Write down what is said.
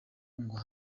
ngwa